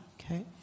Okay